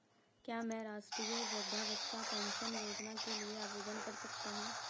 क्या मैं राष्ट्रीय वृद्धावस्था पेंशन योजना के लिए आवेदन कर सकता हूँ?